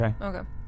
Okay